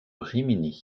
rimini